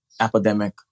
epidemic